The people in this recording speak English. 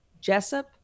Jessup